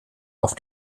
auf